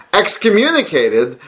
excommunicated